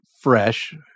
fresh